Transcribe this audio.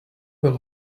will